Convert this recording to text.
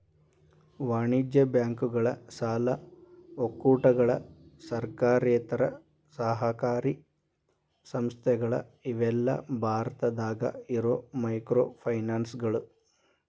ವಾಣಿಜ್ಯ ಬ್ಯಾಂಕುಗಳ ಸಾಲ ಒಕ್ಕೂಟಗಳ ಸರ್ಕಾರೇತರ ಸಹಕಾರಿ ಸಂಸ್ಥೆಗಳ ಇವೆಲ್ಲಾ ಭಾರತದಾಗ ಇರೋ ಮೈಕ್ರೋಫೈನಾನ್ಸ್ಗಳು